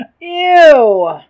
Ew